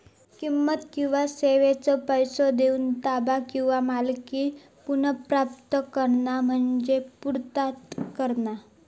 किंमत किंवा सेवेचो पैसो देऊन ताबा किंवा मालकी पुनर्प्राप्त करणा म्हणजे पूर्तता करणा